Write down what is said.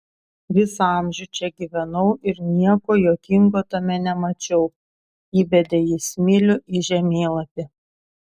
visą amžių čia gyvenau ir nieko juokingo tame nemačiau įbedė jis smilių į žemėlapį